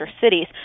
cities